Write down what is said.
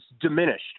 diminished